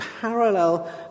parallel